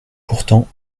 pourtant